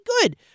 good